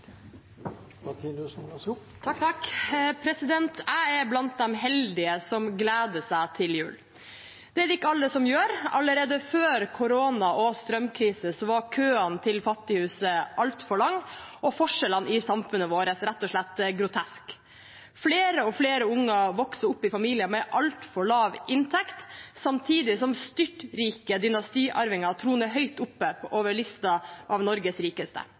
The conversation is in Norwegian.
blant de heldige som gleder seg til jul. Det er det ikke alle som gjør. Allerede før korona og strømkrise var køene til fattighuset altfor lange og forskjellene i samfunnet vårt rett og slett groteske. Flere og flere unger vokser opp i familier med altfor lav inntekt, samtidig som styrtrike dynastiarvinger troner høyt oppe på listen over Norges rikeste.